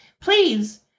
please